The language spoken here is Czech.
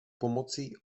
pomocí